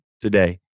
today